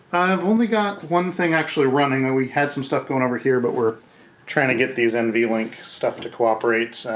i've only got one thing actually running and we had some stuff going over here but we're trying to get these nvlink stuff to cooperate.